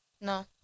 No